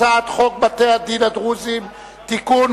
הצעת חוק בתי-הדין הדתיים הדרוזיים (תיקון,